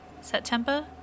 September